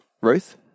Ruth